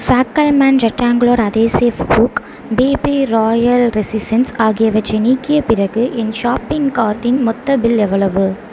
Fackelmann rectangular adhesive hook BB Royal raisins ஆகியவற்றை நீக்கிய பிறகு என் ஷாப்பிங் கார்ட்டின் மொத்த பில் எவ்வளவு